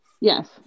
Yes